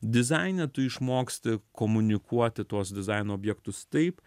dizaine tu išmoksti komunikuoti tuos dizaino objektus taip